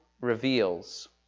reveals